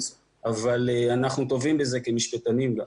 ואנחנו כמשפטנים טובים בזה,